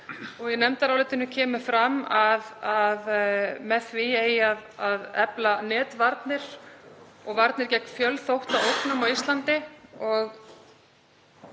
Í nefndarálitinu kemur fram að með því eigi að efla netvarnir og varnir gegn fjölþáttaógnum á Íslandi og